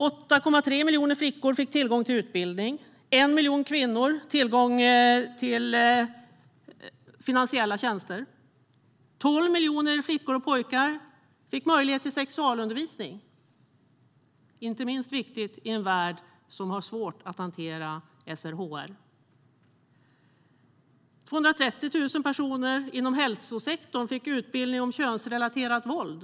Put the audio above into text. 8,3 miljoner flickor fick tillgång till utbildning. 1 miljon kvinnor fick tillgång till finansiella tjänster. 12 miljoner flickor och pojkar fick möjlighet till sexualundervisning - inte minst viktigt i en värld som har svårt att hantera SRHR. 230 000 personer inom hälsosektorn fick utbildning om könsrelaterat våld.